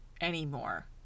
anymore